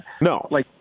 No